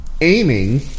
aiming